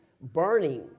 burning